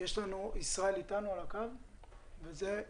עמית גליטמן, בבקשה.